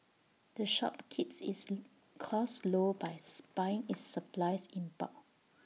the shop keeps its costs low by buying its supplies in bulk